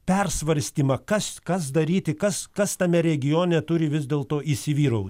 persvarstymą kas kas daryti kas kas tame regione turi vis dėlto įsivyrau